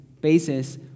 basis